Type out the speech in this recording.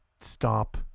stop